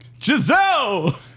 Giselle